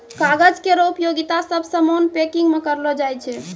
कागज केरो उपयोगिता सब सामान पैकिंग म करलो जाय छै